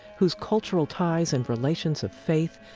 whose cultural ties and relations of faith,